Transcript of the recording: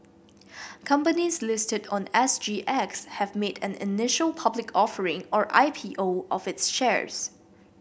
companies listed on S G X have made an initial public offering or I P O of its shares